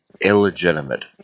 illegitimate